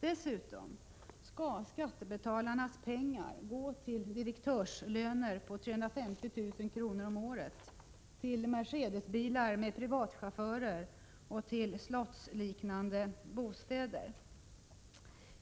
Dessutom: Skall skattebetalarnas pengar gå till direktörslöner på 350 000 kr. om året, till Mercedesbilar med privatchaufförer och till slottsliknande bostäder?